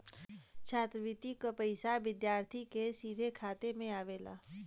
छात्रवृति क पइसा विद्यार्थी के सीधे खाते में आवला